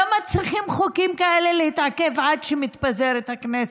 למה חוקים כאלה צריכים להתעכב עד שמתפזרת הכנסת?